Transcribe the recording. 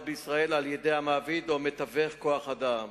בישראל על-ידי מעביד או מתווך כוח-אדם,